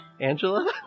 Angela